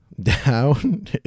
down